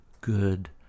Good